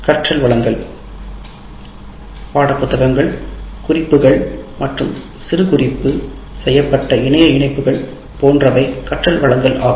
கற்றல் வளங்கள் பாடப்புத்தகங்கள் குறிப்புகள் மற்றும் சிறுகுறிப்பு செய்யப்பட்ட இணைய இணைப்புகள் போன்றவை கற்றல் வளங்கள் ஆகும்